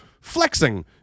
flexing